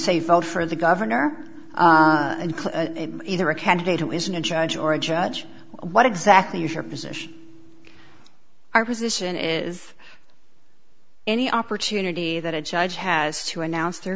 say vote for the governor and either a candidate who isn't a judge or a judge what exactly your position our position is any opportunity that a judge has to announce